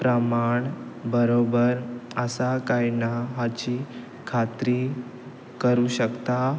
प्रमाण बरोबर आसा काय ना हाची खात्री करूं शकता